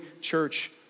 church